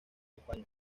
españa